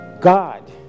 God